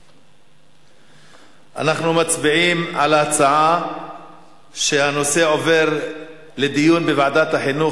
אנחנו מצביעים על ההצעה שהנושא עובר לדיון בוועדת החינוך,